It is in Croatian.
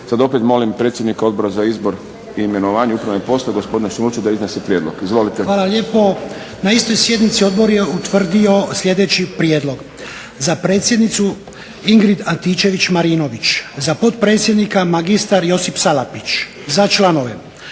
Sad opet molim predsjednika Odbora za izbor, imenovanja i upravne poslove gospodina Šime Lučina da iznese prijedlog. Izvolite. **Lučin, Šime (SDP)** Hvala lijepo. Na istoj sjednici odbor je utvrdio sljedeći prijedlog: za predsjednicu Ingrid Antičević Marinović, za potpredsjednika magistar Josip Salapić, za članove